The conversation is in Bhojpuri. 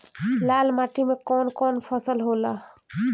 लाल माटी मे कवन कवन फसल होला?